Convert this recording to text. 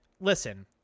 Listen